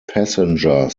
passenger